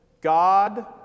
God